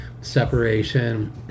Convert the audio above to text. separation